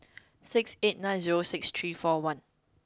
six eight nine zero six three four one